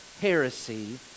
heresy